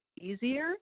easier